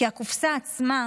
כי הקופסה עצמה,